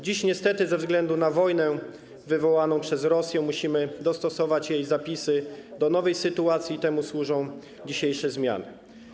Dziś niestety ze względu na wojnę wywołaną przez Rosję musimy dostosować jej zapisy do nowej sytuacji i temu służą dzisiejsze zmiany.